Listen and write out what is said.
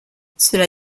cela